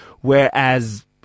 whereas